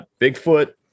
bigfoot